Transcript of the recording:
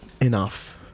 enough